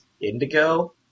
indigo